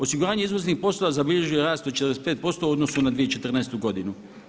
Osiguranje izvoznih poslova zabilježio je rast od 45% u odnosu na 2014. godinu.